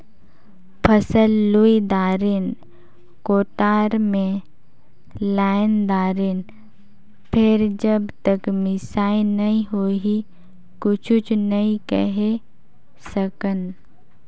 फसल लुई दारेन, कोठार मे लायन दारेन फेर जब तक मिसई नइ होही कुछु नइ केहे सकन